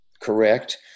correct